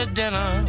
dinner